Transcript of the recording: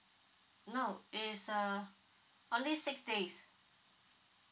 no it's err only six days